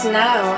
now